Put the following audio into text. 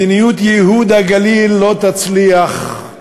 מדיניות ייהוד הגליל לא תצליח,